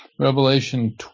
revelation